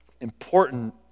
important